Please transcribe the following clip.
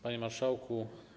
Panie Marszałku!